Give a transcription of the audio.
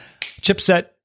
chipset